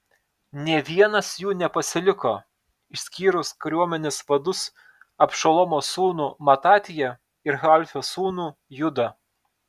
nė vienas jų nepasiliko išskyrus kariuomenės vadus abšalomo sūnų matatiją ir halfio sūnų judą